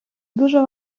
дуже